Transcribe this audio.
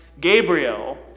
Gabriel